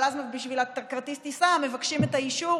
אז בשביל כרטיס הטיסה מבקשים את האישור,